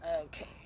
Okay